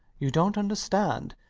you dont understand.